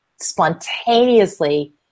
spontaneously